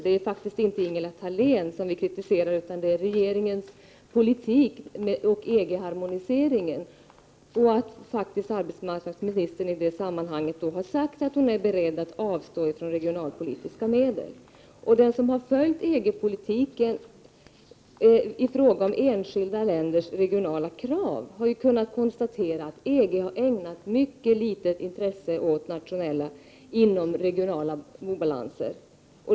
Det är faktiskt inte främst Ingela Thalén som vi kritiserar utan regeringens politik och EG-harmoniseringen, men också att arbetsmarknadsministern i det sammanhanget har sagt att hon är beredd att avstå från regionalpolitiska medel. Den som har följt EG-politiken i fråga om enskilda länders regionala krav har ju kunnat konstatera att EG har ägnat mycket litet intresse åt nationella inomregionala obalanser.